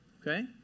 Okay